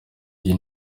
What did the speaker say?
bye